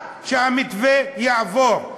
רק שהמתווה יעבור,